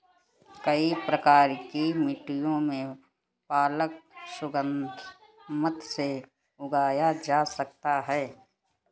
कई प्रकार की मिट्टियों में पालक सुगमता से उगाया जा सकता है